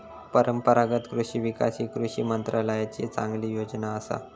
परंपरागत कृषि विकास ही कृषी मंत्रालयाची चांगली योजना असा